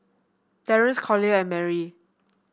Terrance Collier and Merrie